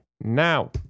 now